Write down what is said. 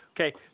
Okay